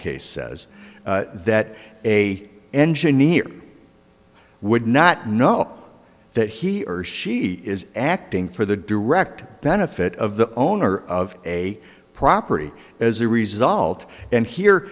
case says that a engineer would not know that he or she is acting for the direct benefit of the owner of a property as a result and here